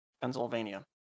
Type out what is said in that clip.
Pennsylvania